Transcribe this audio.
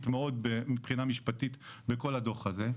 מאוד מבחינה משפטית בכל הדו"ח הזה.